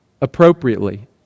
appropriately